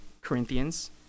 Corinthians